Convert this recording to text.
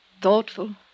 thoughtful